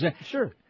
Sure